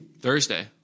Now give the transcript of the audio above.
Thursday